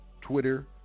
Twitter